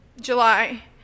July